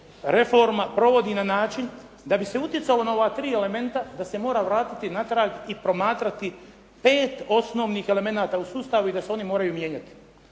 reforma provodi na način da bi se utjecalo na ova tri elementa, da se mora vratiti natrag i promatrati pet osnovnih elemenata u sustavu i da se oni moraju mijenjati.